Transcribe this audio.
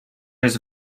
his